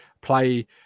play